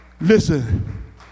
Listen